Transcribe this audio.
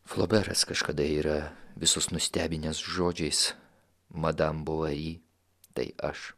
floberas kažkada yra visus nustebinęs žodžiais madam bovari tai aš